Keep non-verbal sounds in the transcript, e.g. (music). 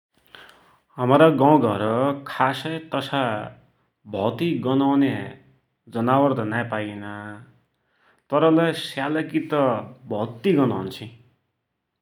(hesitation) हमरा गौघर खासै तसा भौत्ति गन् औन्या जनावर त नाइँ पाइना, तरलै स्यालकित भौत्ति गन औन्छी ।